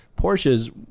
Porsches